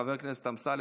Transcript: חבר הכנסת אמסלם,